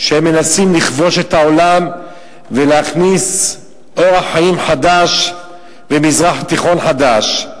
הם מנסים לכבוש את העולם ולהכניס אורח חיים חדש ב"מזרח תיכון חדש",